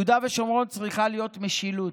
ביהודה ושומרון צריכה להיות משילות.